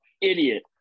Idiot